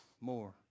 more